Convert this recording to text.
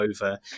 over